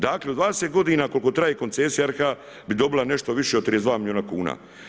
Dakle u 20 godina koliko traje koncesija, RH bi dobila nešto više od 32 milijuna kuna.